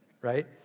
Right